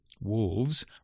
Wolves